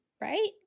right